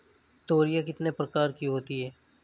तोरियां कितने प्रकार की होती हैं?